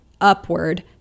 upward